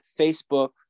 Facebook